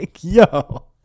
yo